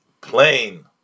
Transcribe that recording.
plain